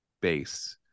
base